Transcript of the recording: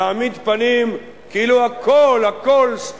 להעמיד פנים כאילו הכול, הכול, ספונטני,